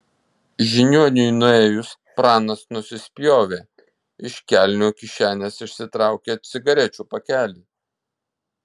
žiniuoniui nuėjus pranas nusispjovė iš kelnių kišenės išsitraukė cigarečių pakelį